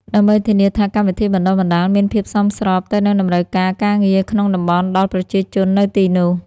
ដើម្បីធានាថាកម្មវិធីបណ្តុះបណ្តាលមានភាពសមស្របទៅនឹងតម្រូវការការងារក្នុងតំបន់ដល់ប្រជាជននៅទីនោះ។